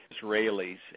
Israelis